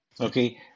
Okay